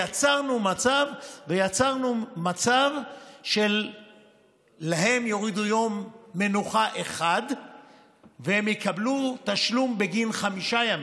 ויצרנו מצב שלהם יורידו יום מנוחה אחד והם יקבלו תשלום בגין חמישה ימים.